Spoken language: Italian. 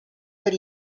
per